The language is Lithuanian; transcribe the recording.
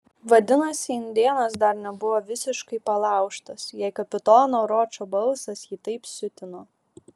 vadinasi indėnas dar nebuvo visiškai palaužtas jei kapitono ročo balsas jį taip siutino